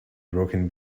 broken